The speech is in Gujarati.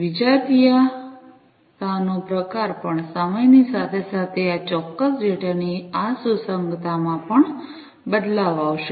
વિજાતીયતાનો પ્રકાર પણ સમયની સાથે સાથે આ ચોક્કસ ડેટાની આ સુસંગતતામાં પણ બદલાવ આવશે